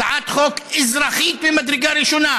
הצעת חוק אזרחית ממדרגה ראשונה.